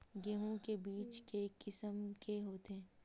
गेहूं के बीज के किसम के होथे?